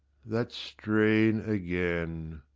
that strain again!